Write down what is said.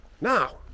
Now